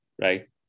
right